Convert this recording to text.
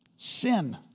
Sin